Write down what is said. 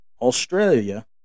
Australia